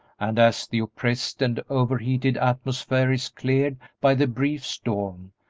and as the oppressed and overheated atmosphere is cleared by the brief storm,